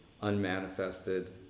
unmanifested